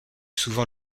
souvent